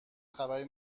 خبری